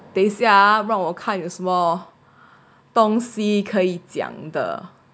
等一下啊让我看什么东西可以讲的